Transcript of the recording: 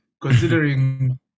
considering